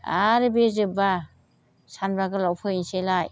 आरो बे जोबबा सानबा गोलाव फैसैलाय